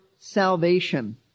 salvation